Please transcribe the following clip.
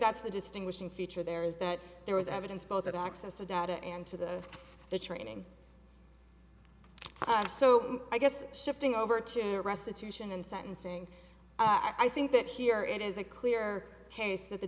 that's the distinguishing feature there is that there is evidence both at access to data and to the the training and so i guess shifting over to restitution and sentencing i think that here it is a clear case that the